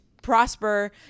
prosper